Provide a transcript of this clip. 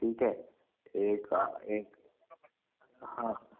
ठीक है एक एक हाँ